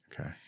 Okay